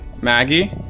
Maggie